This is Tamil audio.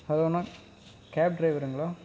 ஹலோ அண்ணா கேப் டிரைவருங்களா